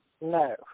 No